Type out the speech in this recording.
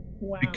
Wow